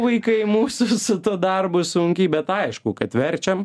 vaikai mūsų su tuo darbu sunkiai bet aišku kad verčiam